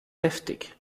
heftig